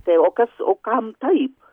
tai o kas o kam taip